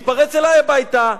התפרץ אלי הביתה,